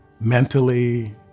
mentally